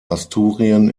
asturien